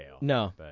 No